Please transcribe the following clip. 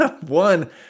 one